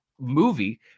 movie